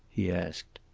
he asked.